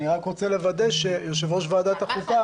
אני רק רוצה לוודא שיושב-ראש ועדת החוקה